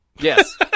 Yes